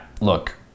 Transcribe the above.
look